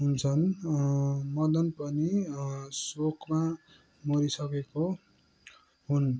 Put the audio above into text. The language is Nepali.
हुन्छन् मदन पनि शोकमा मरिसकेको हुन्